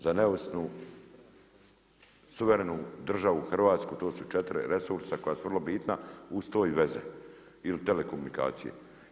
Za neovisnu, suverenu državu Hrvatsku to su 4 resursa koja su vrlo bitna uz to i veze ili telekomunikacije.